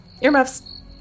earmuffs